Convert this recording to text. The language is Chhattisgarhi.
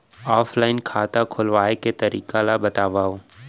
ऑफलाइन खाता खोलवाय के तरीका ल बतावव?